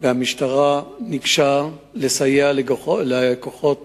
והמשטרה ביקשה לסייע לכוחות